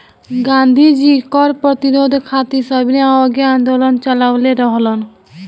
गांधी जी कर प्रतिरोध खातिर सविनय अवज्ञा आन्दोलन चालवले रहलन